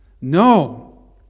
no